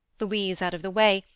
louise out of the way,